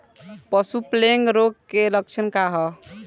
पशु प्लेग रोग के लक्षण का ह?